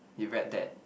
you read that